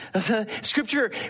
Scripture